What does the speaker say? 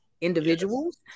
individuals